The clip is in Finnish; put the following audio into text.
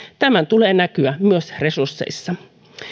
tämän tulee näkyä myös resursseissa